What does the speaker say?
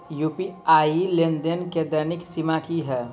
UPI लेनदेन केँ दैनिक सीमा की है?